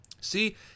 See